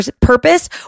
purpose